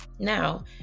Now